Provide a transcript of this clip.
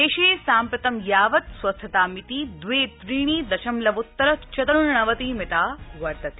देशे साम्प्रतं यावत् स्वस्थतामिति द्वे त्रीणि दशमलवोत्तर चतुर्ण्णवतिमिता वर्तते